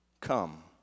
Come